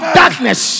darkness